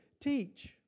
Teach